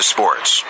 Sports